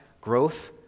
growth